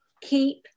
keep